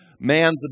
man's